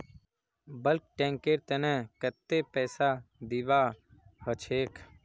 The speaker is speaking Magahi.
बल्क टैंकेर तने कत्ते पैसा दीबा ह छेक